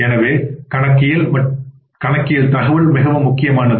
எனவே கணக்கியல் தகவல் மிகவும் முக்கியமானது